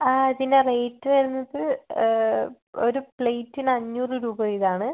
പിന്നെ റേറ്റ് വരുന്നത് ഒരു പ്ലേറ്റിന് അഞ്ഞൂറ് രൂപ വീതമാണ്